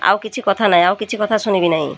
ଆଉ କିଛି କଥା ନାଇଁ ଆଉ କିଛି କଥା ଶୁଣିବି ନାହିଁ